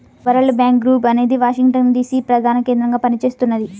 world bank group అనేది Washington DC ప్రధానకేంద్రంగా పనిచేస్తున్నది